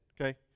okay